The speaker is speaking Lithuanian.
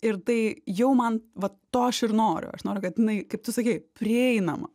ir tai jau man vat to aš ir noriu aš noriu kad jinai kaip tu sakei prieinama